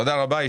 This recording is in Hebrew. תודה רבה.